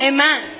Amen